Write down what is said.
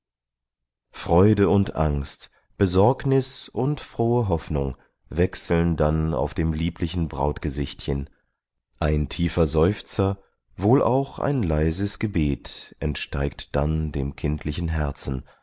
freude und angst besorgnis und frohe hoffnung wechseln dann auf dem lieblichen brautgesichtchen ein tiefer seufzer wohl auch ein leises gebet entsteigt dann dem kindlichen herzen